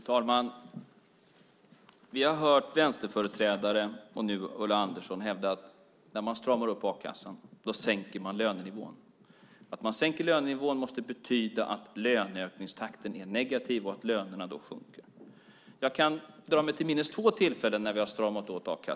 Fru talman! Vi har tidigare hört vänsterföreträdare och nu hör vi Ulla Andersson hävda att man när man stramar upp a-kassan sänker lönenivån. Att man sänker lönenivån måste betyda att löneökningstakten är negativ och att lönerna då sjunker. Jag kan dra mig till minnes två tillfällen då vi stramat åt a-kassan.